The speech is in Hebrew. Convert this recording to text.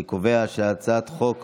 אני קובע שהצעת חוק